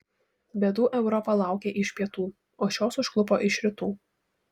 bėdų europa laukė iš pietų o šios užklupo ir rytų